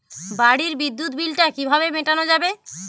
বাড়ির বিদ্যুৎ বিল টা কিভাবে মেটানো যাবে?